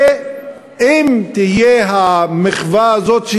ואם תהיה המחווה הזאת,